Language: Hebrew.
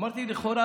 אמרתי: לכאורה,